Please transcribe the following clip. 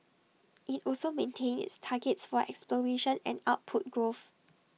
IT also maintained its targets for exploration and output growth